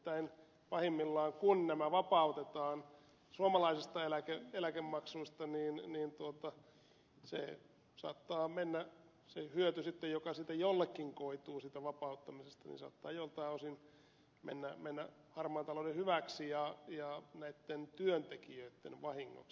nimittäin pahimmillaan kun nämä vapautetaan suomalaisista eläkemaksuista niin se hyöty saattaa mennä joka siitä vapauttamisesta jollekin koituu sitä vapauttamisesta saattaa johtaa usein joiltain osin harmaan talouden hyväksi ja näitten työntekijöitten vahingoksi